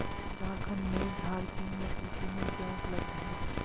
झारखण्ड में झारसीम नस्ल की मुर्गियाँ उपलब्ध है